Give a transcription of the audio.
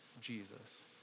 Jesus